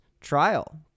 trial